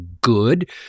good